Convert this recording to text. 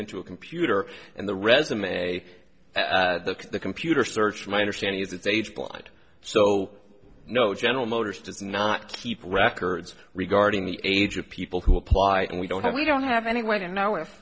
into a computer and the resume the computer search my understanding is it's age blind so no general motors does not keep records regarding the age of people who apply and we don't have we don't have any way to now if